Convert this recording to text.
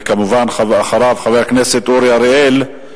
כמובן, אחריו חבר הכנסת אורי אריאל,